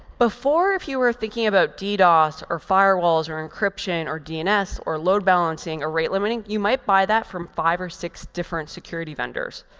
before, if you were thinking about ddos or firewalls or encryption or dns or load balancing or rate limiting, you might buy that from five or six different security vendors.